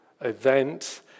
event